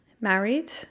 married